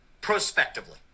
Prospectively